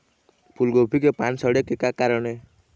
फूलगोभी के पान सड़े के का कारण ये?